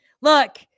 Look